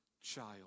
child